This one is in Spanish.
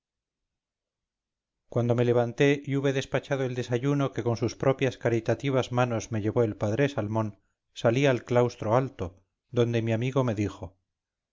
cuando me levanté y hube despachado el desayuno que con sus propias caritativas manos me llevó el padre salmón salí al claustro alto donde mi amigo me dijo